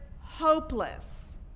hopeless